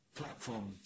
platform